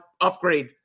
upgrade